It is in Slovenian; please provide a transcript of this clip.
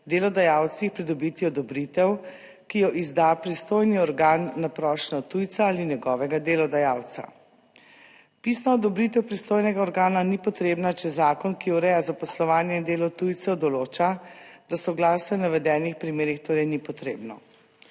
delodajalcih pridobiti odobritev, ki jo izda pristojni organ na prošnjo tujca ali njegovega delodajalca. Pisna odobritev pristojnega organa ni potrebna, če zakon, ki ureja zaposlovanje in delo tujcev določa, da soglasje v navedenih primerih torej ni potrebno.